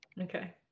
Okay